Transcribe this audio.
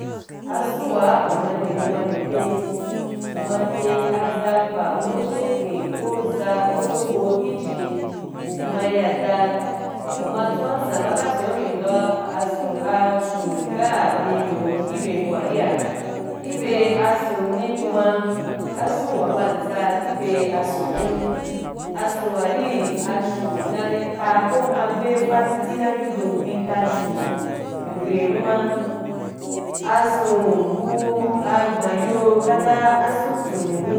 Ason wa u ma nde bu ma nde pyin u ma pyin a zamkpa ko fyaken ko za ko rogo ki jen u ma ya da u ma tsau san ba kapya u bi ndo ason achu ri ga myi hwoo i bye abo wa ria ki bye ason ki be abon ni kuma ason wa hwa ntsa ki be ason hu, ason wa ri achu nari ta ko kuma be afa titi na ki don ku ri ta achu hwaihwai numa ason bu gbanyo kata abon tsunyo.